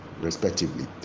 respectively